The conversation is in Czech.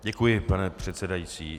Děkuji, pane předsedající.